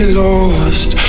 lost